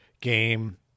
game